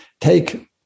take